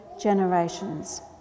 generations